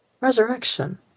Resurrection